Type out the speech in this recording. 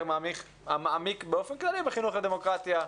מעמיק באופן כללי על חינוך לדמוקרטיה,